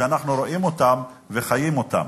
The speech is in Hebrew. שאנחנו רואים אותן וחיים אותן.